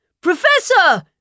Professor